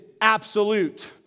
absolute